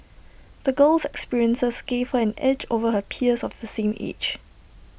the girl's experiences gave her an edge over her peers of the same age